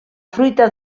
fruita